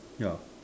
ya